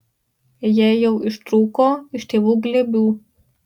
jie jau ištrūko iš tėvų glėbių